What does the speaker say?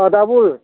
आह दाबो